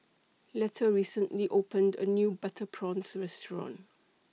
Letta recently opened A New Butter Prawns Restaurant